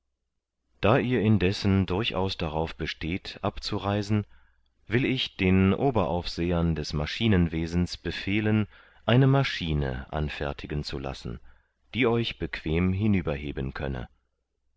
da ihr indessen durchaus darauf besteht abzureisen will ich den oberaufsehern des maschinenwesens befehlen eine maschine anfertigen zu lassen die euch bequem hinüber heben könne